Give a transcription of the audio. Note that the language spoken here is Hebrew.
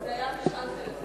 זה היה משאל טלפוני.